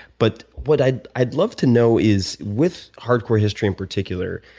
but what i'd i'd love to know is with hardcore history in particular,